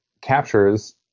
captures